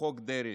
בחוק דרעי,